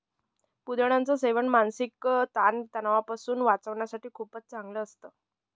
पुदिन्याच सेवन मानसिक ताण तणावापासून वाचण्यासाठी खूपच चांगलं असतं